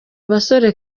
basore